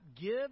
give